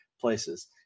places